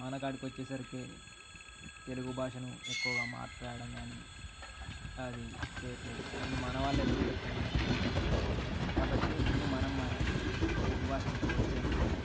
మన కాడకొచ్చేసరికి తెలుగు భాషను ఎక్కువగా మాట్లాడడం కానీ అది చెయ్యడం లేదు ముందు మనవాళ్ళే రెస్పెక్ట్ ఇవ్వడం లేదు కాబట్టి ముందు మనం మారాలి తెలుగు భాషను ప్రోత్సహించాలి